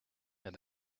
and